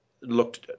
looked